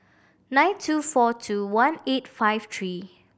nine two four two one eight five three